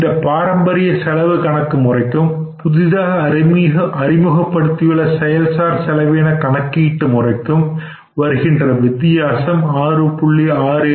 இந்தப் பாரம்பரிய செலவு கணக்கு முறைக்கும் புதிதாக அறிமுகப்படுத்தியுள்ள செயல் செலவின கணக்கு முறைக்கும் வருகின்ற வித்தியாசம் 6